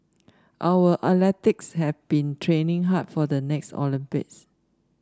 our athletes have been training hard for the next Olympics